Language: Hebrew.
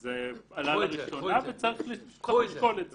זה עלה לראשונה וצריך לשקול את זה.